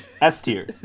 S-tier